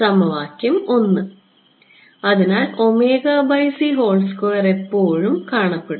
സമവാക്യം 1 അതിനാൽ എല്ലായ്പ്പോഴും കാണപ്പെടും